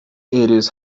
areas